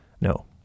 No